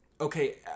okay